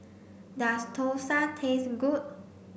does Thosai taste good